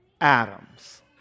atoms